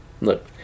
look